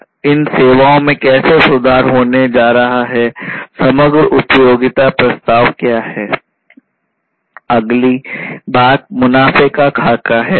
अगली बात मुनाफे का खाका है